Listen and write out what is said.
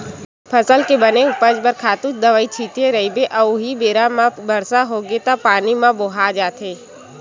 फसल के बने उपज बर खातू दवई छिते रहिबे अउ उहीं बेरा म बरसा होगे त पानी म बोहा जाथे